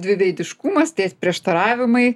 dviveidiškumas tie prieštaravimai